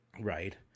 right